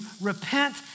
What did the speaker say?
repent